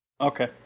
Okay